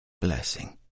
blessing